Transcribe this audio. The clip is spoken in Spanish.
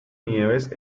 nieves